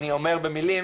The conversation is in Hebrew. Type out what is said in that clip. אני אומר במילים